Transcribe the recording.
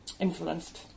influenced